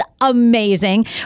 amazing